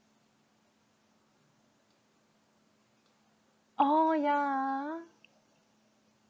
oh yeah